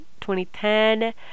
2010